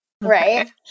Right